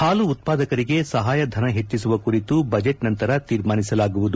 ಹಾಲು ಉತ್ಪಾದಕರಿಗೆ ಸಹಾಯಧನ ಹೆಜ್ಜಿಸುವ ಕುರಿತು ಬಜೆಟ್ ನಂತರ ತೀರ್ಮಾನಿಸಲಾಗುವುದು